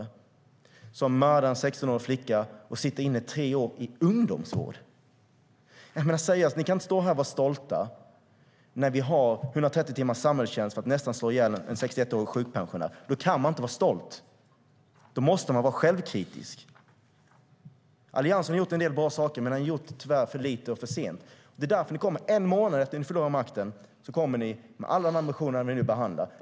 En person som mördat en 16-årig flicka fick tre års ungdomsvård. Ni kan inte stå här och vara stolta när vi har 130 timmars samhällstjänst för att nästan slå ihjäl en 61-årig sjukpensionär. Då kan man inte vara stolt. Då måste man vara självkritisk. Alliansen har gjort en del bra saker, men tyvärr alltför lite och alltför sent. Det är därför som ni, en månad efter det att ni förlorade makten, kom med alla de ambitioner vi nu behandlar.